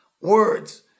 words